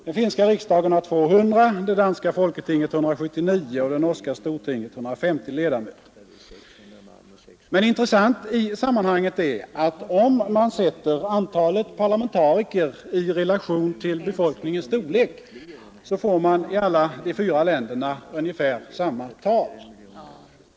Den finska riksdagen har 200, det danska folketinget 179 och det norska stortinget 150 ledamöter. Men intressant i sammanhanget är att om man sätter antalet parlamentariker i relation till befolkningens storlek, så får man i alla de fyra länderna ungefär samma tal.